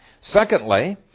Secondly